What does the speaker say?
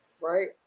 right